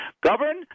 Govern